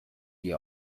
die